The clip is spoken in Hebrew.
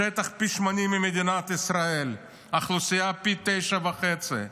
השטח פי 80 ממדינת ישראל, האוכלוסייה פי 9.5,